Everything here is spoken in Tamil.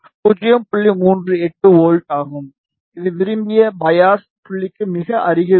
38 வோல்ட் ஆகும் இது விரும்பிய பையாஸ் புள்ளிக்கு மிக அருகில் உள்ளது